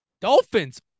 Dolphins